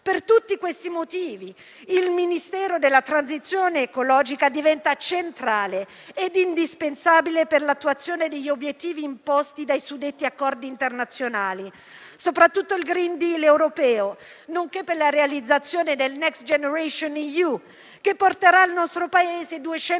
Per tutti questi motivi, il Ministero della transizione ecologica diventa centrale e indispensabile per l'attuazione degli obiettivi imposti dai suddetti accordi internazionali, soprattutto il *green deal* europeo, nonché per la realizzazione del Next generation EU, che porterà al nostro Paese 209 miliardi